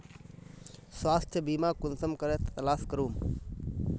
स्वास्थ्य बीमा कुंसम करे तलाश करूम?